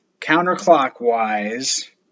counterclockwise